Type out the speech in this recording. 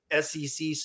SEC